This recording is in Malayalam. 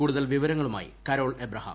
കൂടുതൽ വിവരങ്ങളുമായി കരോൾ അബ്ഹാം